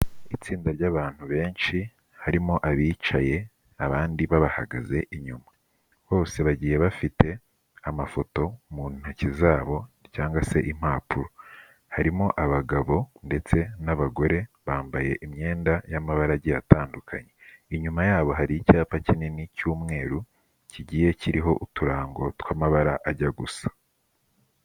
Itsinda ry'abantu benshi, harimo abicaye abandi babahagaze inyuma bose bagiye bafite amafoto mu ntoki zabo cyangwa se impapuro, harimo abagabo ndetse n'abagore bambaye imyenda y'amabara agiye atandukanye, inyuma yabo hari icyapa kinini cy'umweru kigiye kiriho uturango tw'amabara ajya gusa.